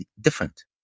different